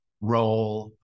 role